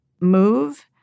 move